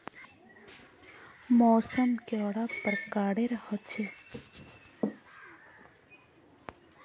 मौसम कैडा प्रकारेर होचे?